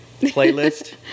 playlist